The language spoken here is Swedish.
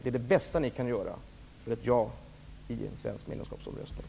Det är det bästa ni kan göra för ett ja i en svensk medlemskapsomröstning.